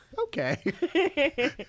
okay